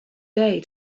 day